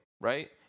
right